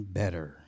better